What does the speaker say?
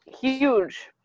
huge